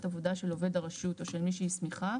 עבודה של עובד הרשות או של מי שהסמיכה,